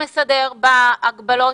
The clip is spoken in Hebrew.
60 אלף בדיקות,